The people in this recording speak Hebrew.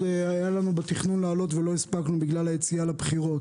היה לנו בתכנון להעלות ולא הספקנו בגלל היציאה לבחירות: